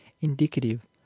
indicative